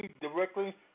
directly